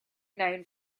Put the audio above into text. known